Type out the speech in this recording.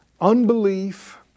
unbelief